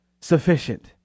sufficient